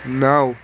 نَو